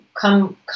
come